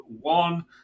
one